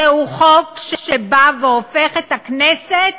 זהו חוק שהופך את הכנסת